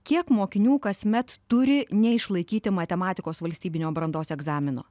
kiek mokinių kasmet turi neišlaikyti matematikos valstybinio brandos egzamino